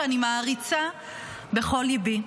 שאני מעריצה בכל ליבי.